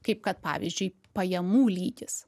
kaip kad pavyzdžiui pajamų lygis